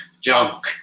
junk